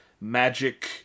magic